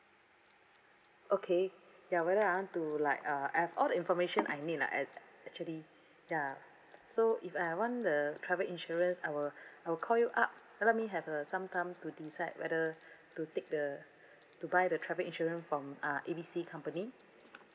okay ya whether I want to like uh I have all the information I need lah ac~ actually ya so if I want the travel insurance I will I will call you up let me have a some time to decide whether to take the to buy the travel insurance from ah A B C company